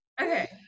Okay